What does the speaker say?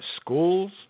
schools